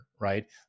right